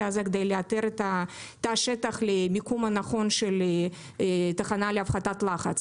הזה כדי לאתר את תא השטח למיקום הנכון של תחנה להפחתת לחץ.